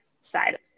side